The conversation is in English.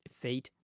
Fate